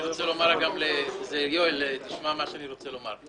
וגם יואל, תשמע מה שאני רוצה לומר.